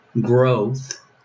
growth